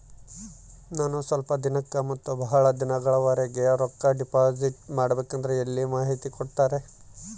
ನಾನು ಸ್ವಲ್ಪ ದಿನಕ್ಕ ಮತ್ತ ಬಹಳ ದಿನಗಳವರೆಗೆ ರೊಕ್ಕ ಡಿಪಾಸಿಟ್ ಮಾಡಬೇಕಂದ್ರ ಎಲ್ಲಿ ಮಾಹಿತಿ ಕೊಡ್ತೇರಾ?